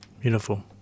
Beautiful